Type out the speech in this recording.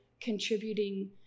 contributing